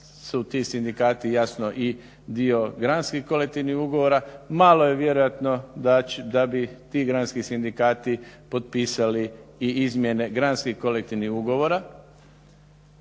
su ti sindikati jasno i dio granskih kolektivnih ugovora, malo je vjerojatno da bi ti granski sindikati potpisali i izmjene granskih kolektivnih ugovora